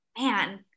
man